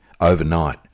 overnight